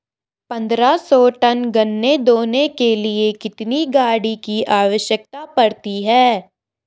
पन्द्रह सौ टन गन्ना ढोने के लिए कितनी गाड़ी की आवश्यकता पड़ती है?